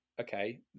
okay